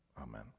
amen